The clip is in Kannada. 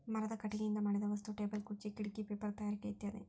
ಮರದ ಕಟಗಿಯಿಂದ ಮಾಡಿದ ವಸ್ತು ಟೇಬಲ್ ಖುರ್ಚೆ ಕಿಡಕಿ ಪೇಪರ ತಯಾರಿಕೆ ಇತ್ಯಾದಿ